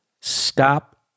Stop